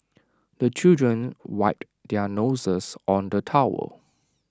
the children wipe their noses on the towel